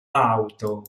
auto